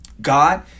God